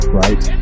right